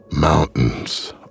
Mountains